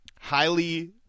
highly